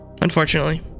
unfortunately